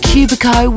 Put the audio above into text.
Cubico